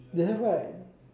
they have right